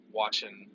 watching